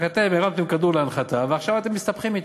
רק אתם הרמתם כדור להנחתה ועכשיו אתם מסתבכים אתו.